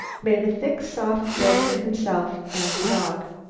made a thick soft bed for himself and the dog.